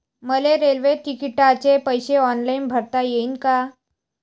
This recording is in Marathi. मले रेल्वे तिकिटाचे पैसे ऑनलाईन भरता येईन का?